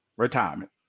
Retirement